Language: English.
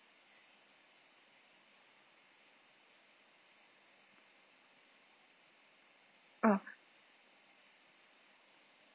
orh